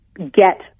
get